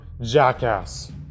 jackass